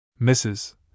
Mrs